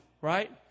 Right